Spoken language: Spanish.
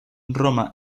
roma